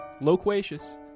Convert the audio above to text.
loquacious